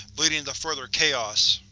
leading to further chaos.